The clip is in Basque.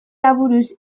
aburuz